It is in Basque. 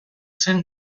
zen